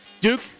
Duke